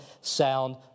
sound